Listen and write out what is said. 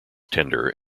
tender